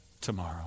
tomorrow